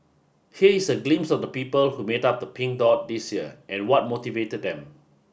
here is a glimpse of the people who made up the Pink Dot this year and what motivated them